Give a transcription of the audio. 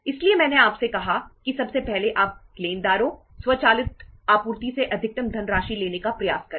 इसलिए मैंने आपसे कहा कि सबसे पहले आप लेनदारों स्वचालित आपूर्ति से अधिकतम धनराशि लेने का प्रयास करें